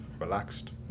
relaxed